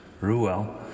Ruel